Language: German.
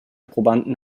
probanden